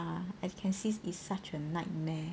ya I can see it's such a nightmare